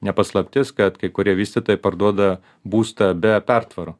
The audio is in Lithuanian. ne paslaptis kad kai kurie vystytojai parduoda būstą be pertvarų